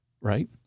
Right